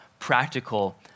practical